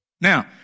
Now